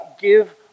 give